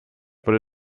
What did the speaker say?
wurde